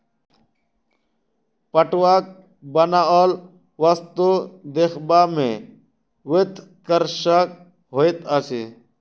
पटुआक बनाओल वस्तु देखबा मे चित्तकर्षक होइत अछि